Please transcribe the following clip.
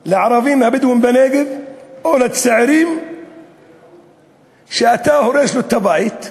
לערבים הבדואים בנגב או לצעיר שאתה הורס לו את הבית,